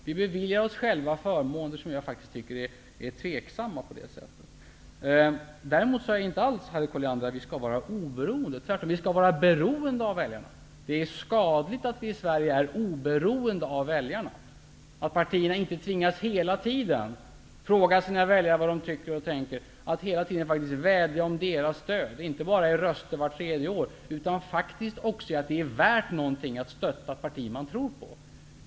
Vi ger oss själva förmåner som jag faktiskt tycker är tveksamma. Däremot tycker jag inte alls, Harriet Colliander, att vi skall vara oberoende. Tvärtom, vi skall vara beroende av väljarna. Det är skadligt att partierna i Sverige är oberoende av väljarna. Partierna tvingas inte att hela tiden fråga väljarna vad de tycker och tänker, att vädja om deras stöd, inte bara om röster vart tredje år utan partierna måste visa väljarna att det är värt någonting att stödja det parti som de tror på.